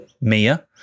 Mia